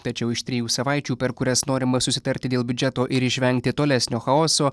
tačiau iš trijų savaičių per kurias norima susitarti dėl biudžeto ir išvengti tolesnio chaoso